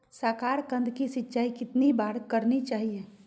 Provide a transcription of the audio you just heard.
साकारकंद की सिंचाई कितनी बार करनी चाहिए?